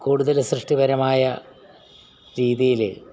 കൂടുതൽ സൃഷ്ടിപരമായ രീതിയിൽ